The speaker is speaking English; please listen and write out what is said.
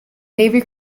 navy